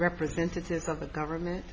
representatives of the government